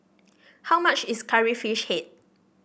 how much is Curry Fish Head